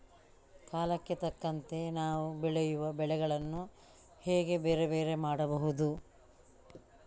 ಕಾಲಕ್ಕೆ ತಕ್ಕಂತೆ ನಾವು ಬೆಳೆಯುವ ಬೆಳೆಗಳನ್ನು ಹೇಗೆ ಬೇರೆ ಬೇರೆ ಮಾಡಬಹುದು?